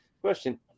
question